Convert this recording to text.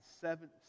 seven